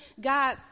God